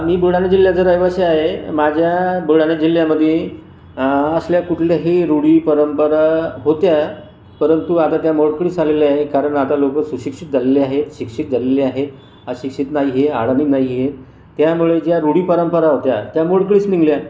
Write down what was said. मी बुलढाणा जिल्ह्याचा रहिवासी आहे माझ्या बुलढाणा जिल्ह्यामधे असल्या कुठल्याही रूढी परंपरा होत्या परंतु आता त्या मोडकळीस आलेल्या आहे कारण आता लोक सुशिक्षित झालेली आहे शिक्षित झालेली आहे अशिक्षित नाही अडाणी नाही आहे त्यामुळे ज्या रूढी परंपरा होत्या त्या मोडकळीस निघाल्या